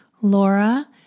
Laura